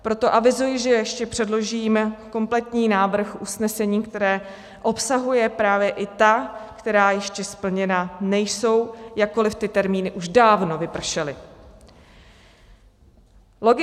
Proto avizuji, že ještě předložím kompletní návrh usnesení, které obsahuje právě i ta, která ještě splněna nejsou, jakkoli ty termíny už dávno vypršely.